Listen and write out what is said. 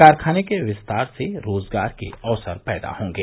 कारखाने के विस्तार से रोजगार के अवसर पैदा होंगे